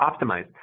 optimized